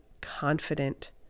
confident